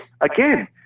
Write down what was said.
again